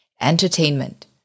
Entertainment